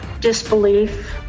Disbelief